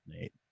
Nate